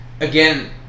again